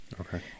okay